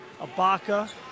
Abaka